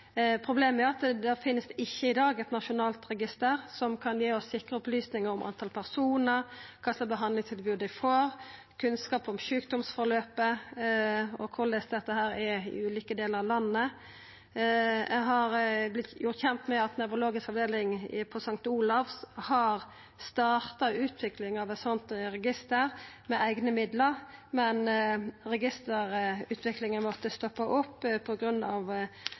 nasjonalt register som kan gi oss sikre opplysningar om talet på personar, kva slags behandlingstilbod dei får, kunnskap om sjukdomsforløpet og korleis dette er i ulike delar av landet. Eg har vorte kjent med at nevrologisk avdeling på St. Olavs hospital har starta utvikling av eit sånt register med eigne midlar, men registerutviklinga stoppa opp